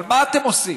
אבל מה אתם עושים?